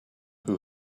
who